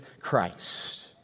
Christ